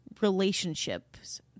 relationships